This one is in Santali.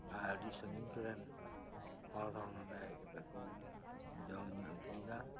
ᱟᱨ ᱟᱰᱤ ᱥᱟᱸᱜᱤᱧ ᱠᱚᱨᱮᱱ ᱦᱚᱲ ᱦᱚᱸ ᱱᱚᱰᱮ ᱦᱮᱡ ᱠᱟᱛᱮᱜ ᱠᱚ ᱡᱚᱢ ᱧᱩ ᱤᱫᱤᱭ ᱫᱟ